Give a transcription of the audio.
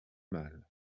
mal